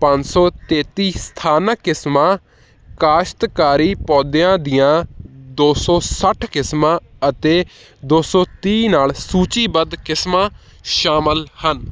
ਪੰਜ ਸੋ ਤੇਤੀ ਸਥਾਨਕ ਕਿਸਮਾਂ ਕਾਸ਼ਤਕਾਰੀ ਪੌਦਿਆਂ ਦੀਆਂ ਦੋ ਸੋ ਸੱਠ ਕਿਸਮਾਂ ਅਤੇ ਦੋ ਸੋ ਤੀਹ ਨਾਲ ਸੂਚੀਬੱਧ ਕਿਸਮਾਂ ਸ਼ਾਮਲ ਹਨ